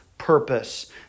purpose